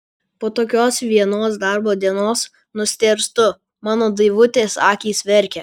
po tokios vienos darbo dienos nustėrstu mano daivutės akys verkia